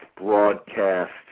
broadcast